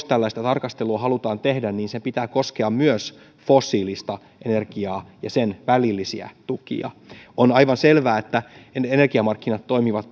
tällaista tarkastelua halutaan tehdä niin sen pitää koskea myös fossiilista energiaa ja sen välillisiä tukia on aivan selvää että energiamarkkinat toimivat